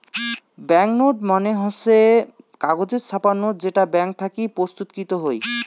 bank note মানে হসে কাগজে ছাপা নোট যেটা ব্যাঙ্ক থাকি প্রস্তুতকৃত হই